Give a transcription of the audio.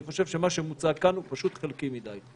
אני חושב שמה שמוצג כאן הוא פשוט חלקי מדיי.